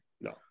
no